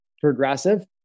Progressive